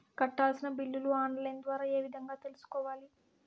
కట్టాల్సిన బిల్లులు online ద్వారా ఏ విధంగా తెలుసుకోవాలి?